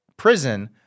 prison